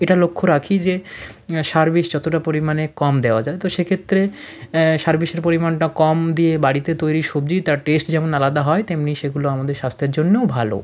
এটা লক্ষ্য রাখি যে সার বিষ যতোটা পরিমাণে কম দেওয়া যায় তো সেক্ষেত্রে সার বিষের পরিমাণটা কম দিয়ে বাড়িতে তৈরি সবজি তার টেস্ট যেমন আলাদা হয় তেমনি সেগুলো আমাদের স্বাস্থ্যের জন্যেও ভালো